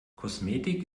kosmetik